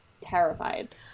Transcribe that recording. terrified